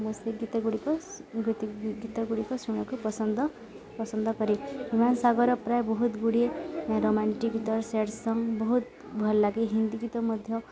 ମୁଁ ସେ ଗୀତ ଗୁଡ଼ିକ ଗ ଗୀତ ଗୁଡ଼ିକ ଶୁଣିବାକୁ ପସନ୍ଦ ପସନ୍ଦ କରେ ହ୍ୟୁମାନ ସାଗରର ପ୍ରାୟ ବହୁତ ଗୁଡ଼ିଏ ରୋମାଣ୍ଟିକ୍ ଗୀତ ସ୍ୟାଡ଼ ସଙ୍ଗ ବହୁତ ଭଲଲାଗେ ହିନ୍ଦୀ ଗୀତ ମଧ୍ୟ